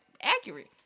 accurate